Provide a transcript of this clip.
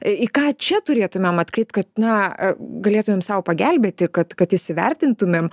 į ką čia turėtumėm atkreipt kad na galėtumėm sau pagelbėti kad kad įsivertintumėm